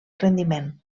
rendiment